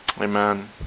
Amen